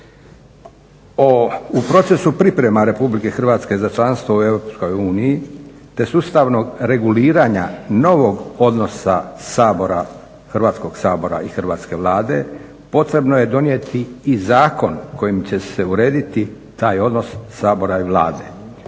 U procesu priprema Republike Hrvatske za članstvo u Europskoj uniji, te sustavnog reguliranja novog odnosa Sabora, Hrvatskog sabora i Hrvatske vlade potrebno je donijeti i zakon kojim će se urediti taj odnos Sabora i Vlade.